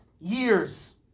years